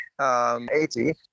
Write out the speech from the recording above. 80